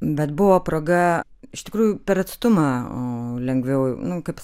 bet buvo proga iš tikrųjų per atstumą lengviau nu kaip